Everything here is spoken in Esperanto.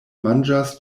manĝas